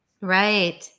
Right